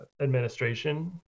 administration